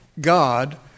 God